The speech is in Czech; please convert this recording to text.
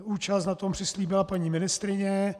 Účast na tom přislíbila paní ministryně.